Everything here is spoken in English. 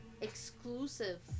exclusive